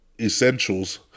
essentials